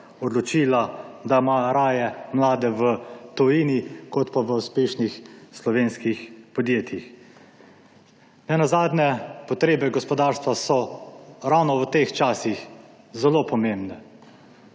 odločila, da ima raje mlade v tujini kot pa v uspešnih slovenskih podjetjih. Nenazadnje so potrebe gospodarstva ravno v teh časih zelo pomembne.